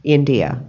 India